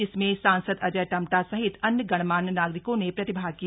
जिसमें सांसद अजय टम्टा सहित अन्य गणमान्य नागरिकों ने प्रतिभाग किया